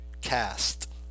cast